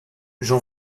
j’en